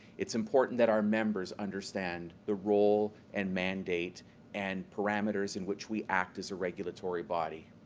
it's important that our members understand the role and mandate and parameters in which we act as a regulatory body,